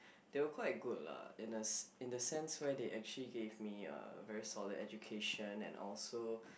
they are quite good lah in a in the sense where they actually gave me a very solid education and also